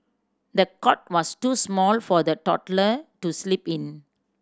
the cot was too small for the toddler to sleep in